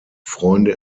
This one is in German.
freunde